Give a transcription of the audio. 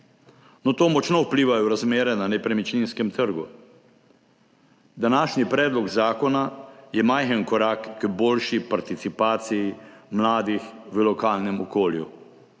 Na to močno vplivajo razmere na nepremičninskem trgu. Današnji predlog zakona je majhen korak k boljši participaciji mladih v lokalnem okolju.